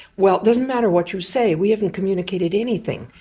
well, it doesn't matter what you say, we haven't communicated anything,